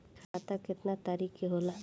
खाता केतना तरीका के होला?